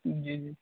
जी जी